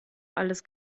alles